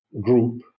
group